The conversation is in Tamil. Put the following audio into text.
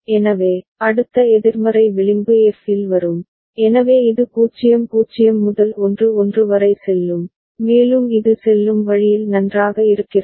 எனவே அடுத்த எதிர்மறை விளிம்பு f இல் வரும் எனவே இது 0 0 முதல் 1 1 வரை செல்லும் மேலும் இது செல்லும் வழியில் நன்றாக இருக்கிறது